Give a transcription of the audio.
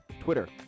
Twitter